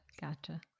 gotcha